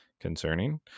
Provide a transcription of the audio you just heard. concerning